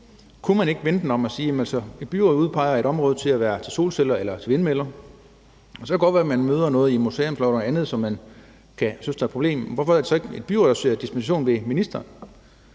Kunne man ikke vende den om og sige, at et byråd udpeger et område til at være til solceller eller vindmøller, og så kan det godt være, at man møder noget i museumsloven eller noget andet, som man kan synes er et problem, men hvorfor er det så ikke et byråd, der søger dispensation ved ministeren